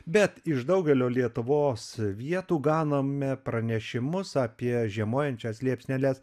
bet iš daugelio lietuvos vietų ganame pranešimus apie žiemojančias liepsneles